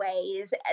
ways